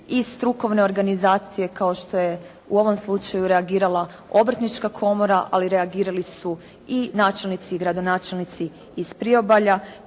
i strukovne organizacije kao što je u ovom slučaju reagirala Obrtnička komora, ali reagirali su i načelnici i gradonačelnici iz priobalja